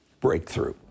Breakthrough